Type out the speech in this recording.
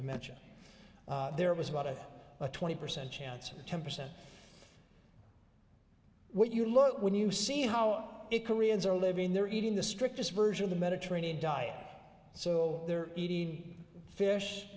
dementia there was about a twenty percent chance of ten percent when you look when you see how it koreans are living there eating the strictest version of the mediterranean diet so they're eating fish